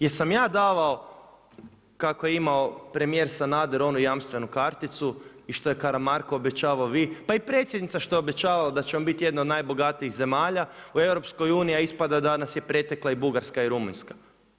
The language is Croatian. Jesam ja davao kako je imao premijer Sanader onu jamstvenu karticu i što je Karamarko obećavao i vi, pa i predsjednica što je obećavala da ćemo biti jedna od najbogatijih zemalja u EU, a ispada da nas je pretekla i Bugarska i Rumunjska?